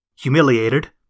Humiliated